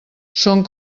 són